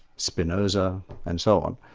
spinoza and so on.